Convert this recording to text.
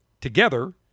together